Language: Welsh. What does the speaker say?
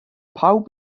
pawb